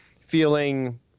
feeling